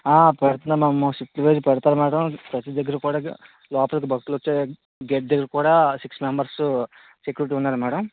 పెడుతున్నా మేము సెక్యురిటీ పెడతారు మేడము ప్రతీ దగ్గర కూడా లోపల భక్తులు వచ్చే గేట్ దగ్గర కూడా సిక్స్ మెంబర్సు సెక్యురిటీ ఉన్నారు మేడమ్